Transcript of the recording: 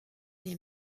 les